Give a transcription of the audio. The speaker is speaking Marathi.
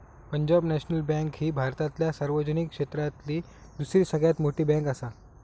पंजाब नॅशनल बँक ही भारतातल्या सार्वजनिक क्षेत्रातली दुसरी सगळ्यात मोठी बँकआसा